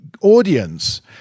audience